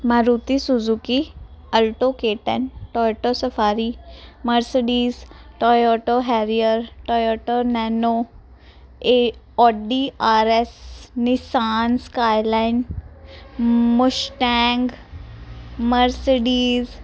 Maruti Suzuki Alto K ten Toyota Safari Mercedes Toyota Harrier Toyota Nano ਏ Audi R S Nissan Skyline Mustang Mercedes